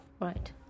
Right